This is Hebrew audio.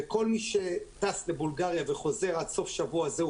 וכל מי שטס לבולגריה וחוזר פטור מבידוד עד סוף השבוע הזה,